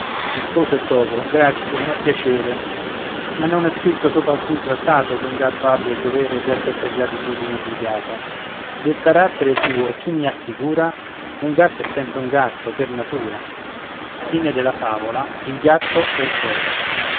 anch'io rispose il topo grazie n'ho piacere ma non è scritto sopra alcun trattato che un gatto abbia il dovere d'esser per gratitudine obbligato del carattere tuo chi mi assicura un gatto è sempre gatto per natura l